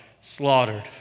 slaughtered